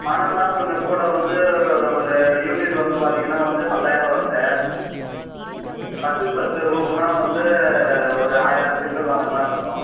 மணல்னா கொஞ்சம் கூட வந்து ஒரு யூனிட் வந்து பார்த்திங்கன்னா வந்து பத்தாயிரருபா வரும் சார் பத்துக்கு பத்து ரூம்னா வந்து ஒரு ஆயிரம் செங்கல் வாங்கிற மாதிரி இருக்கும்